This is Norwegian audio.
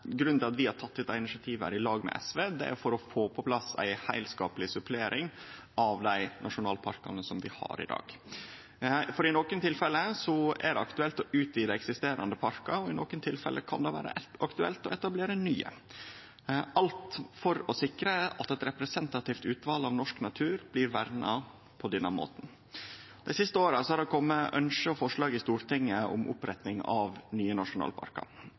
grunnen til at vi har teke dette initiativet i lag med SV, er ønsket om å få på plass ei heilskapleg supplering av dei nasjonalparkane vi har i dag. For i nokre tilfelle kan det vere aktuelt å utvide eksisterande parkar, i andre tilfelle å etablere nye – alt for å sikre at eit representativt utval av norsk natur blir verna på denne måten. Dei siste åra har det kome ønske og forslag i Stortinget om oppretting av nye nasjonalparkar.